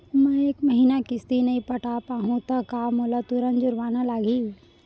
मैं ए महीना किस्ती नई पटा पाहू त का मोला तुरंत जुर्माना लागही?